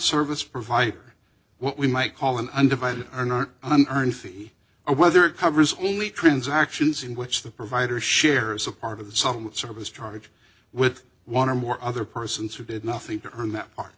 service provider what we might call an undivided or an earthy or whether it covers only transactions in which the provider shares a part of some service charge with one or more other persons who did nothing to earn that ar